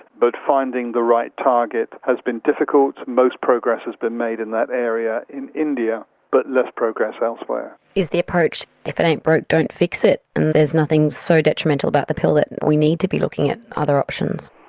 but finding the right target has been difficult. most progress has been made in that area in india but less progress elsewhere. is the approach if it ain't broke don't fix it, and there's nothing so detrimental about the pill that we need to be looking at other options'?